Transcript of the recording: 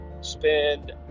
spend